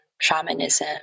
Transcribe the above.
shamanism